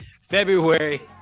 February